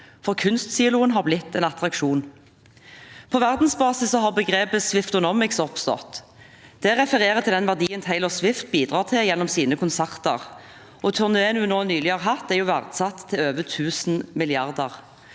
Kunstsilo har blitt en attraksjon. På verdensbasis har begrepet «swiftonomics» oppstått. Det refererer til den verdien Taylor Swift bidrar til gjennom sine konserter. Turneen hun nå nylig har hatt, er verdsatt til over tusen milliarder,